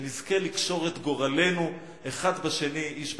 שנזכה לקשור את גורלנו אחד בשני, איש באחיו.